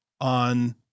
on